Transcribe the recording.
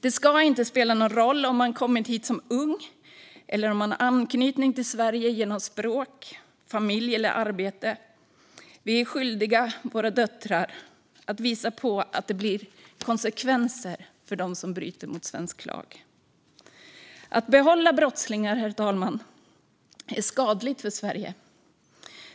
Det ska inte spela någon roll om man kommit hit som ung eller att man har anknytning till Sverige genom språk, familj eller arbete. Vi är skyldiga våra döttrar att visa att det blir konsekvenser för dem som bryter mot svensk lag. Herr talman! Att behålla brottslingar är skadligt för Sverige.